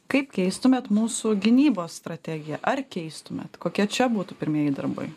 kaip keistumėt mūsų gynybos strategiją ar keistumėt kokia čia būtų pirmieji darbai